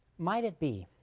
might it be